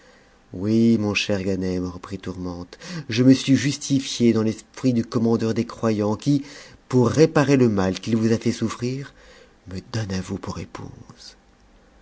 oui mon cher gancm reprit tourmente je me suis justifiée dans l'esprit du com mandeur des croyants qui pour réparer le mal qu'il vous a fait souffrir nie donne à vous pour épouse